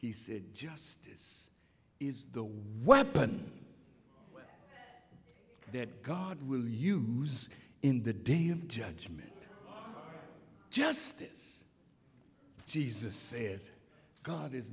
he said justice is the weapon that god will use in the day of judgment justice jesus is god is